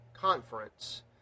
conference